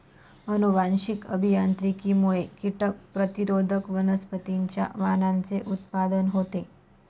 अनुवांशिक अभियांत्रिकीमुळे कीटक प्रतिरोधक वनस्पतींच्या वाणांचे उत्पादन होते